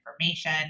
information